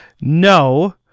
No